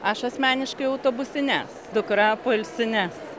aš asmeniškai autobusines dukra poilsines